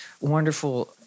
wonderful